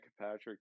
Patrick